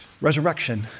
Resurrection